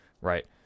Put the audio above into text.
right